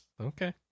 Okay